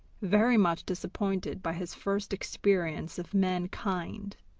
very much disappointed by his first experience of mankind.